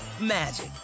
magic